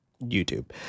YouTube